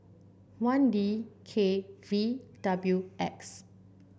one D K V W X